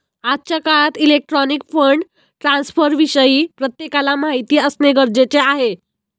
आजच्या काळात electronic fund ट्रान्स्फरविषयी प्रत्येकाला माहिती असणे गरजेचे आहे